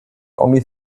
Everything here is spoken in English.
only